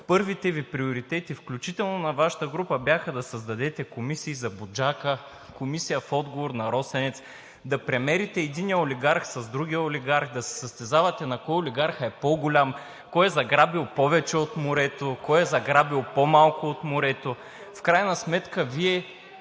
първите Ви приоритети, включително на Вашата група, бяха да създадете комисии за „Буджака“, комисия в отговор на „Росенец“, да премерите единия с другия олигарх, да се състезавате на кого олигархът е по-голям, кой е заграбил повече от морето, кой е заграбил по-малко от морето. В крайна сметка Вие